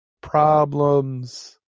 Problems